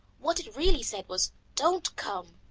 what it really said was don't come.